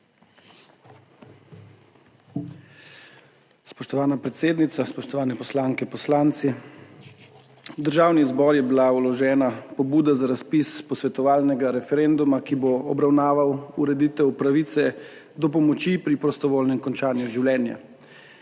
Spoštovana predsednica! Spoštovani poslanke in poslanci! V Državni zbor je bila vložena pobuda za razpis posvetovalnega referenduma, ki bo obravnaval ureditev pravice do pomoči pri prostovoljnem končanju življenja.